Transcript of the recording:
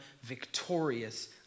victorious